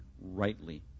rightly